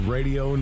Radio